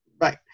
right